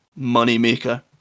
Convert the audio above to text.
moneymaker